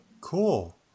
Cool